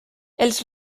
els